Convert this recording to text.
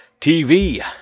TV